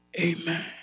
amen